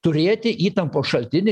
turėti įtampos šaltinį